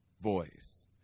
voice